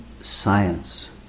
science